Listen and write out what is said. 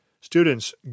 Students